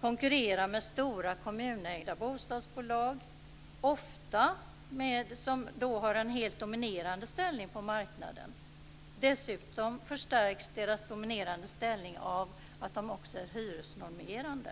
konkurrera med stora kommunägda bostadsbolag som ofta har en helt dominerande ställning på marknaden. Dessutom förstärks deras dominerande ställning av att de också är hyresnormerande.